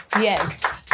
Yes